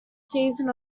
season